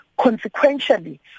consequentially